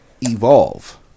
evolve